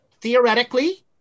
Theoretically